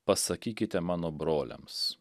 pasakykite mano broliams